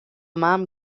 mam